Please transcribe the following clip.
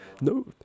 No